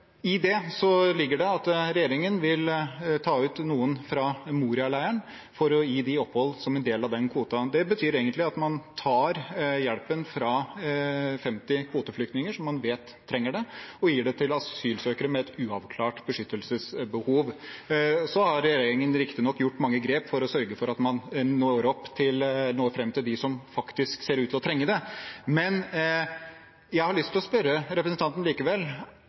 I det ligger det at regjeringen vil ta ut noen fra Moria-leiren for å gi dem opphold som en del av den kvoten. Det betyr egentlig at man tar hjelpen fra 50 kvoteflyktninger som man vet trenger det, og gir det til asylsøkere med et uavklart beskyttelsesbehov. Så har regjeringen riktig nok tatt mange grep for å sørge for at man når frem til dem som faktisk ser ut til å trenge det. Jeg har likevel lyst til å spørre representanten: